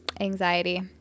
anxiety